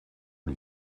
lui